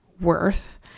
worth